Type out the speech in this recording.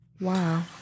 Wow